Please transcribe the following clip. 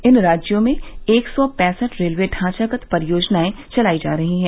इन राज्यों में एक सौ पैंसठ रेलवे ढांचागत परियोजनाए चलाई जा रहीं हैं